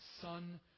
Son